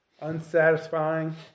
unsatisfying